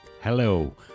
Hello